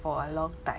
for a long time